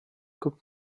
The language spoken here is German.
guck